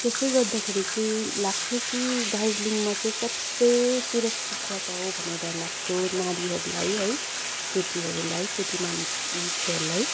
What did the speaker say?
त्यसै गर्दाखेरि चाहिँ लाग्थ्यो कि दार्जिलिङमा चाहिँ सबसे सुरक्षित जग्गा हो भनेर लाग्थ्यो नारीहरूलाई है केटीहरूलाई केटी मान्छेहरूलाई